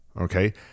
okay